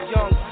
Young